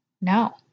no